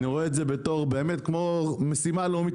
אני רואה את זה בתור משימה לאומית,